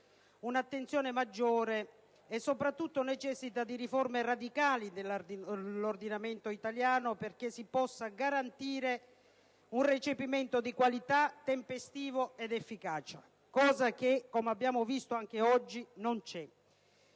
un'attenzione maggiore e soprattutto di riforme radicali dell'ordinamento italiano, perché si possa garantire un recepimento di qualità tempestivo ed efficace, cosa che, come abbiamo visto anche oggi, non